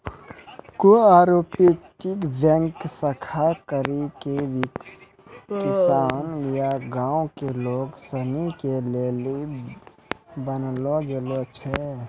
cooperative bank खास करी के किसान या गांव के लोग सनी के लेली बनैलो गेलो छै